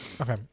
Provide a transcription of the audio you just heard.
Okay